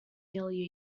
nearly